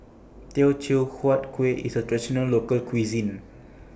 Teochew Huat Kueh IS A Traditional Local Cuisine